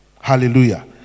hallelujah